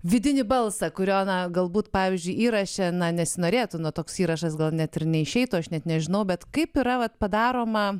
vidinį balsą kurio na galbūt pavyzdžiui įraše na nesinorėtų toks įrašas gal net ir neišeitų aš net nežinau bet kaip yra vat padaroma